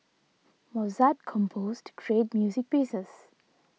Mozart composed treat music pieces